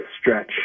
stretch